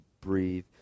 breathe